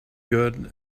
good